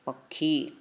ପକ୍ଷୀ